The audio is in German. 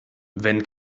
wenn